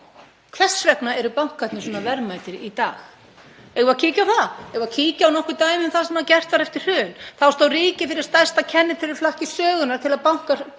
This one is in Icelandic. Hvers vegna eru bankarnir svona verðmætir í dag? Eigum við að kíkja á það? Eigum við að kíkja á nokkur dæmi um það sem gert var eftir hrun? Þá stóð ríkið fyrir stærsta kennitöluflakki sögunnar til að bjarga